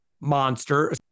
Monster